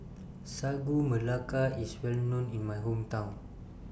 Sagu Melaka IS Well known in My Hometown